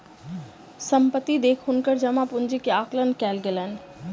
संपत्ति देख हुनकर जमा पूंजी के आकलन कयल गेलैन